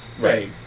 Right